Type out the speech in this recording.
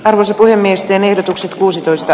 päiväsakkojen miesten ehdotukset kuusitoista